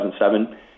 2007